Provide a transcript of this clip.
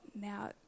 Now